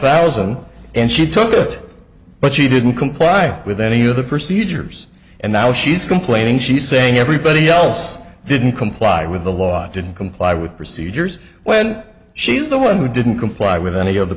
thousand and she took it but she didn't comply with any of the procedures and now she's complaining she's saying everybody else didn't comply with the law didn't comply with procedures when she's the one who didn't comply with any of the